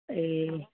ए